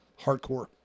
hardcore